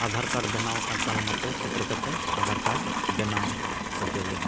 ᱵᱮᱱᱟᱣ ᱟᱠᱟᱱ ᱛᱟᱞᱢᱟᱛᱮ ᱥᱮᱴᱮᱨ ᱠᱟᱛᱮᱫ ᱵᱮᱱᱟᱣ ᱦᱚᱪᱚᱭᱟᱹᱧ